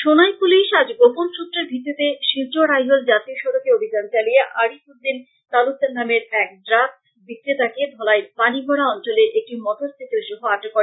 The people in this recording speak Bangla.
সোনাই পুলিশ আজ গোপন সূত্রের ভিত্তিতে শিলচর আইজল জাতীয় সড়কে অভিযান চালিয়ে আরিফ উদ্দিন তালুকদার নামের এক ড্রাগস বিক্রেতাকে ধলাইর পানিভরা অঞ্চলে একটি মোটর সাইকেল সহ আটক করে